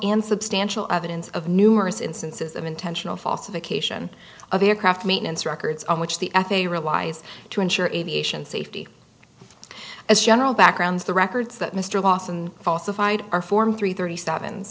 and substantial evidence of numerous instances of intentional foster vacation of the aircraft maintenance records on which the f a a relies to insure aviation safety as general backgrounds the records that mr lawson falsified our form three thirty seven